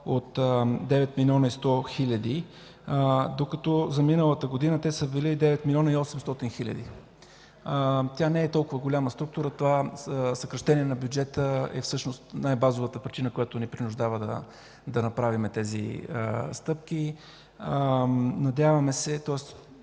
от 9 млн. 100 хиляди, докато за миналата година те са били 9 млн. 800 хиляди. Тя не е толкова голяма структура. Това съкращение на бюджета е всъщност най-базовата причина, която ни принуждава да направим тези стъпки. Твърдо сме